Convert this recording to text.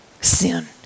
sin